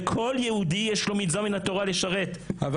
וכל יהודי יש לו מצווה מהתורה לשרת --- אבל